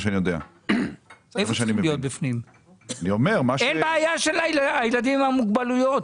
אין בעיה של הילדים עם המוגבלויות.